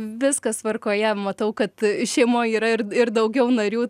viskas tvarkoje matau kad šeimoj yra ir ir daugiau narių